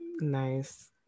Nice